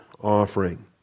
offering